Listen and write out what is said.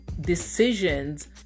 decisions